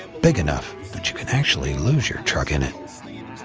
big enough that you can actually lose your truck in it.